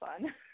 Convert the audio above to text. fun